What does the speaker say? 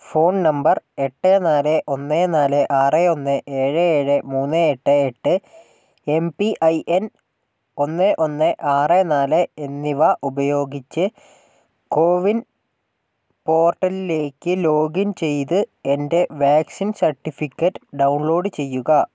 phone number എട്ട് നാല് ഒന്ന് നാല് ആറ് ഒന്ന് ഏഴ് ഏഴ് മൂന്ന് എട്ട് എട്ട് എം പി ഐ എൻ ഒന്ന് ഒന്ന് ആറ് നാല് എന്നിവ ഉപയോഗിച്ച് കോവിൻ പോർട്ടലിലേക്ക് ലോഗിൻ ചെയ്ത് എൻ്റെ വാക്സിൻ സർട്ടിഫിക്കറ്റ് ഡൗൺലോഡ് ചെയ്യുക